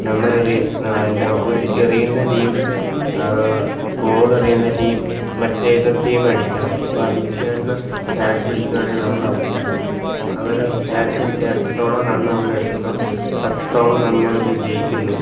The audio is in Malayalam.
നമ്മൾ എറി ന്നെ ഒരു എറിയുന്ന ടീം ബോൾ എറിയുന്ന ടീം മറ്റേ എതിർ ടീം അടിക്കണം അപ്പോൾ അടിക്കുന്ന ക്യാച്ച് പിടിക്കുവാണെങ്കിൽ നമ്മൾ ഔട്ട് ആവും അവർ ക്യാച്ച് പിടിക്കാൻ എത്രത്തോളം റൺ നമ്മൾ എടുക്കുന്നോ അത്രത്തോളം നമ്മൾ വിജയിക്കുന്നു